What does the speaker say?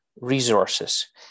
resources